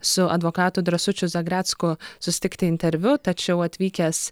su advokatu drąsučiu zagrecku susitikti interviu tačiau atvykęs